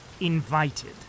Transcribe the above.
invited